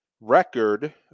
record